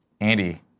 Andy